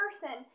person